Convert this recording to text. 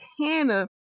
Hannah